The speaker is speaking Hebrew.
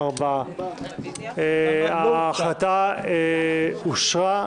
4 נמנעים, אין אושר.